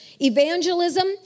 evangelism